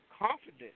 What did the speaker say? Confident